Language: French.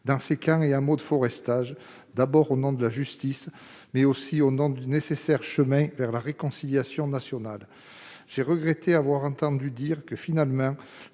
dans ces camps et hameaux de forestage, d'abord au nom de la justice, mais aussi au nom du nécessaire chemin vers la réconciliation nationale. J'ai regretté d'entendre que la seule